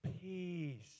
Peace